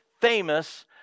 famous